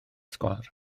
sgwâr